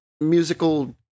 musical